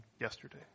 yesterday